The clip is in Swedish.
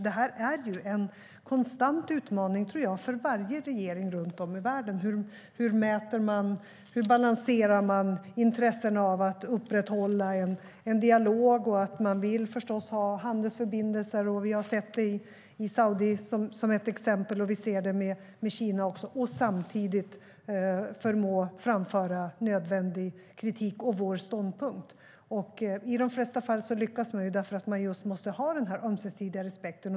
Det här är en konstant utmaning, tror jag, för varje regering runt om i världen. Hur balanserar man intressena? Det handlar om att upprätthålla en dialog, och man vill förstås ha handelsförbindelser. Vi har sett det i Saudi, som ett exempel, och vi ser det när det gäller Kina. Samtidigt ska vi förmå framföra nödvändig kritik och vår ståndpunkt. I de flesta fall lyckas man eftersom man just måste ha den här ömsesidiga respekten.